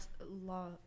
law